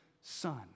son